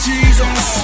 Jesus